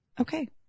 Okay